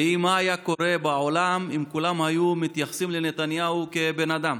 והיא מה היה קורה בעולם אם כולם היו מתייחסים לנתניהו כאל בן אדם.